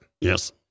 Yes